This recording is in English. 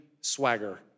swagger